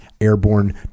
Airborne